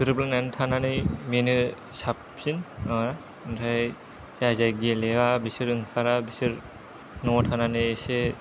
गोरोबलायनानै थानानै बेनो साबसिन माबा ओमफ्राय जाय जाय गेलेया बिसोर ओंखारा बिसोर न'आव थानानै एसे